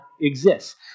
exists